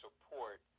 support